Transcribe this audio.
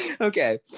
Okay